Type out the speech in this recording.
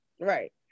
Right